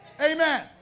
Amen